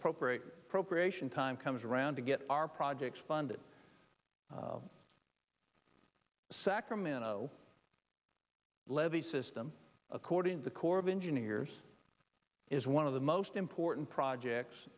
appropriate appropriation time comes around to get our projects funded sacramento levee system according to the corps of engineers is one of the most important projects